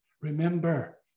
Remember